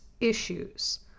issues